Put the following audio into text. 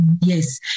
yes